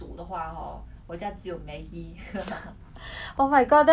oh my god that's so sad !aiya! we just order lor